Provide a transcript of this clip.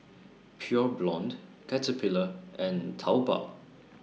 Pure Blonde Caterpillar and Taobao